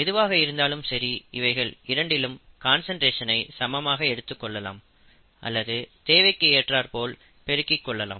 எதுவாக இருந்தாலும் சரி இவைகள் இரண்டிலும் கான்சன்ட்ரேஷன் ஐ சமமாக எடுத்துக் கொள்ளலாம் அல்லது தேவைக்கு ஏற்றாற்போல் பெருக்கிக் கொள்ளலாம்